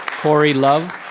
corey love.